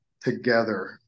together